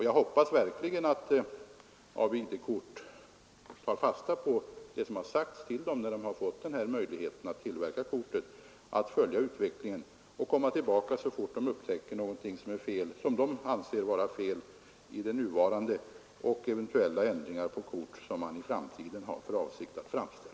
Jag hoppas verkligen att man hos AB ID-kort tar fasta på vad som sades när företaget fick i uppdrag att tillverka korten, nämligen att företaget skulle följa utvecklingen och återkomma om det upptäcktes något som kunde anses vara felaktigt vad gäller de nuvarande körkorten samt föreslå eventuella ändringar på de kort som skall tillverkas i framtiden.